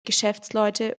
geschäftsleute